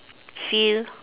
feel